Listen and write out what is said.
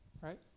Right